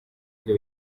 byo